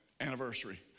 Anniversary